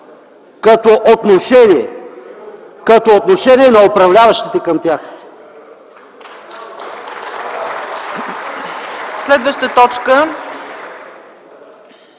като отношение на управляващите към тях.